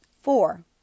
Four